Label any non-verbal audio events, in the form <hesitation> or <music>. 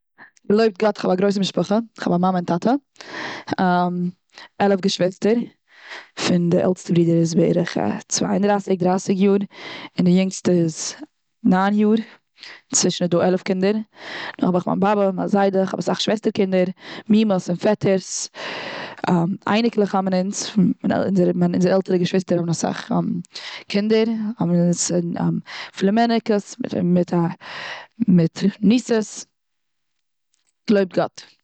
געלויבט גאט כ'האב א גרויסע משפחה. כ'האב א מאמע, און טאטע. <hesitation> עלעף געשוויסטער, און די עלסטע ברידער איז בערך צוויי און דרייסיג יאר, און די יונגסטע איז ניין יאר, צווישן איז דא עלעף קינדער. נאך דעם האב איך מיין באבע, מיין זיידע, נאך דעם האב איך אסאך שוועסטער קינדער. מומעס, און פעטערס, <hesitation> אייניקלעך האבן אונז, <unintelligible> אונזערע עלטערע געשוויסטער האבן אסאך <hesitation> קינדער האבן <unintelligible> פלימעניקעס, מיט <hesitation> ניסעס. געלויבט גאט.